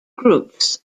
groups